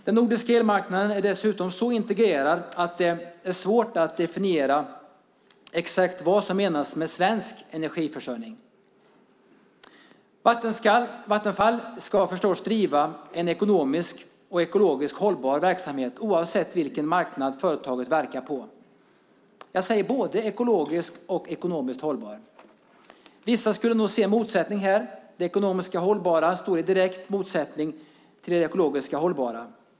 Den nordiska elmarknaden är dessutom så integrerad att det är svårt att definiera exakt vad som menas med svensk energiförsörjning. Vattenfall ska förstås driva en ekonomiskt och ekologiskt hållbar verksamhet, oavsett på vilken marknad företaget verkar. Jag säger både "ekonomiskt och ekologiskt hållbar". Vissa skulle nog se en motsättning här, att det ekonomiskt hållbara står i direkt motsättning till det ekologiskt hållbara.